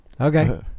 Okay